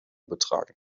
betragen